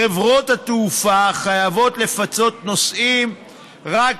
חברות התעופה חייבות לפצות נוסעים רק